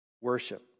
worship